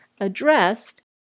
addressed